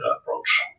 approach